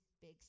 big